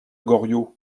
goriot